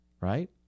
right